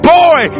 boy